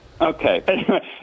Okay